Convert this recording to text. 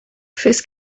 fes